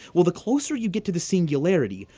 well, the closer you get to the singularity,